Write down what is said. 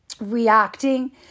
reacting